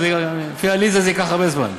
לפי עליזה זה ייקח הרבה זמן.